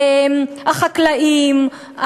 החקלאים,